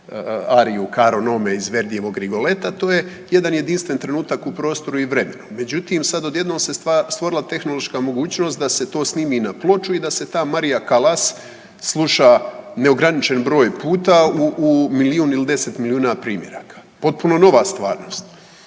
ariju Caro Nome iz Verdijevog Rigoleta to je jedan jedinstven trenutak u prostoru i vremenu. Međutim, sad odjednom se stvorila tehnološka mogućnost da se to snimi i na ploču i da se ta Maria Callas sluša neograničen broj puta u milijun ili 10 milijuna primjeraka. Potpuno nova stvarnost.